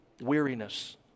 weariness